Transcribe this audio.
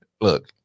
Look